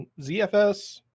ZFS